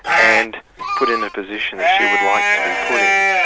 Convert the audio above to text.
and put in a position that she would like to be put in,